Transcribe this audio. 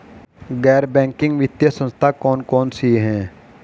गैर बैंकिंग वित्तीय संस्था कौन कौन सी हैं?